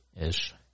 ish